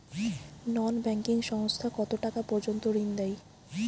নন banking সংস্থা কতটাকা পর্যন্ত ঋণ দেয়?